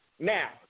Now